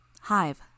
Hive